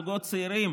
זוגות צעירים,